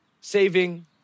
saving